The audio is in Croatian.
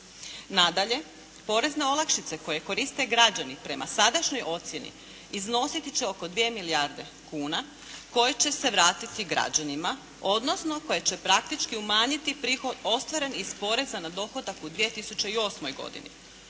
Nadalje, porezne olakšice koje koriste građani prema sadašnjoj ocjeni iznositi će oko 2 milijarde kuna koje će se vratiti građanima odnosno koje će praktički umanjiti prihod ostvaren iz poreza na dohodak u 2008. godini.